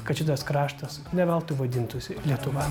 kad šitas kraštas ne veltui vadintųsi lietuva